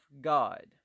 God